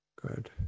Good